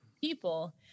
people